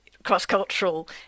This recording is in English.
Cross-cultural